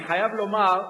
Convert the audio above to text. אני חייב לומר,